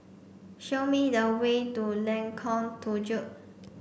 show me the way to Lengkong Tujuh